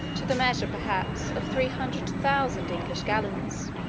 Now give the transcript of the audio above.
to the measure, perhaps, of three hundred thousand english gallons.